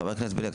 חבר הכנסת בליאק,